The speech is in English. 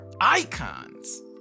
icons